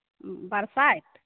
बरसाइत